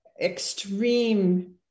extreme